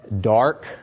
dark